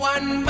One